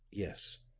yes.